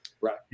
Right